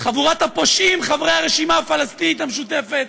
חבורת הפושעים, חברי הרשימה הפלסטינית המשותפת,